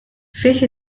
fih